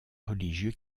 religieux